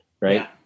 Right